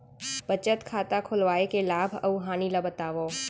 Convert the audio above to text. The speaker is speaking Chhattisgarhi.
बचत खाता खोलवाय के लाभ अऊ हानि ला बतावव?